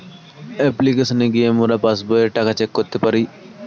অপ্লিকেশনে গিয়ে মোরা পাস্ বইয়ের টাকা চেক করতে পারি